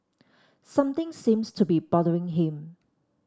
something seems to be bothering him